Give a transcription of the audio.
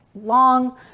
long